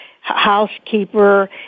housekeeper